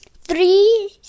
three